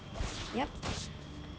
yup